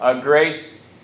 grace